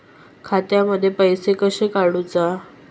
खात्यातले पैसे कशे काडूचा?